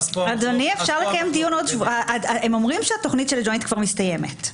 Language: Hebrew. הם אומרים שהתוכנית של ג'וינט כבר מסתיימת.